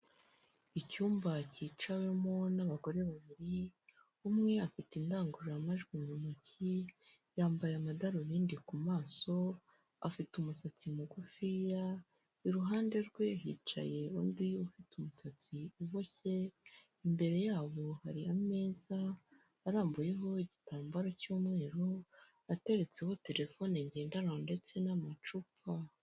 Icyumba cyicawemo n'abagore babiri umwe afite indangururamajwi mu ntoki, yambaye amadarubindi ku maso afite umusatsi mugufiya, iruhande rwe hicaye undi ufite umusatsi uboshye imbere yabo hari ameza arambuyeho igitambaro cy'umweru, ateretseho telefone ngendanwa ndetse n'amacupa.